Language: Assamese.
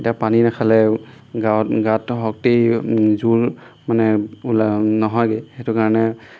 এতিয়া পানী নাখালে গাত গাত শক্তি জোৰ মানে নহয়গৈ সেইটো কাৰণে